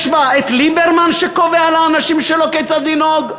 יש בה את ליברמן שקובע לאנשים שלו כיצד לנהוג,